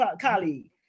colleague